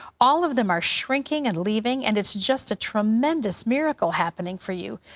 all of them are shrinking and leaving, and it's just a tremendous miracle happening for you.